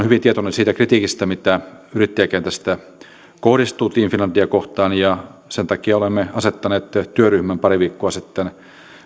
hyvin tietoinen siitä kritiikistä mitä yrittäjäkentästä kohdistuu team finlandia kohtaan ja sen takia olemme asettaneet työryhmän pari viikkoa sitten